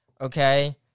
okay